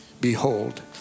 Behold